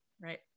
right